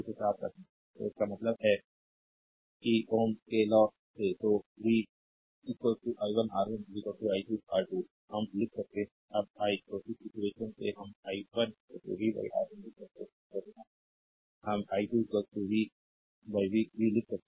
slide time देखें 2836 तो इसका मतलब है कि ओम के लॉ से तो v i1 R1 i2 R2 हम लिख सकते हैं अब आई तो इस इक्वेशन से हम i1 v R1 लिख सकते हैं और यहां हम i2 v v भी लिख सकते हैं